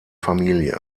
familie